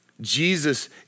Jesus